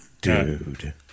Dude